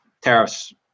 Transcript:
tariffs